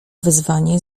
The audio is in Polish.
wezwanie